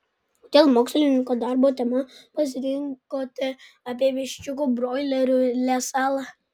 kodėl mokslinio darbo temą pasirinkote apie viščiukų broilerių lesalą